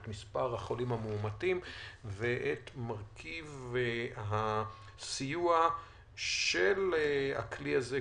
את מספר החולים המאומתים ואת מרכיב הסיוע של הכלי הזה,